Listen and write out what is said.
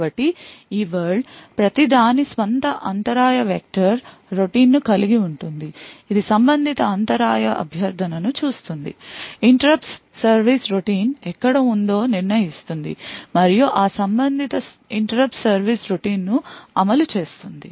కాబట్టి ఈ వరల్డ్ ప్రతి దాని స్వంత అంతరాయ వెక్టర్ రొటీన్ ను కలిగి ఉంటుంది ఇది సంబంధిత అంతరాయ అభ్యర్థనను చూస్తుంది interrupts సర్వీస్ రొటీన్ ఎక్కడ ఉందో నిర్ణయిస్తుంది మరియు ఆ సంబంధిత interrupts సర్వీస్ రొటీన్ ను అమలు చేస్తుంది